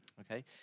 Okay